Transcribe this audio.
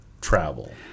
travel